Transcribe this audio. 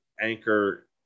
Anchor